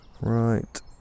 right